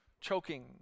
choking